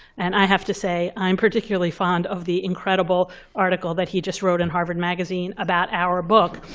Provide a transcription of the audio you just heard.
and i have to say, i'm particularly fond of the incredible article that he just wrote in harvard magazine about our book.